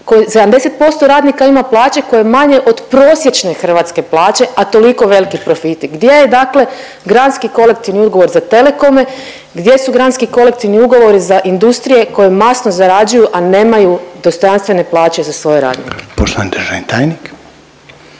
70% radnika ima plaće koje je manje od prosječne hrvatske plaće, a toliko veliki profiti. Gdje je dakle granski kolektivni ugovor za telekome, gdje su granski kolektivni ugovori za industrije koje masno zarađuju, a nemaju dostojanstvene plaće za svoje radnike? **Reiner, Željko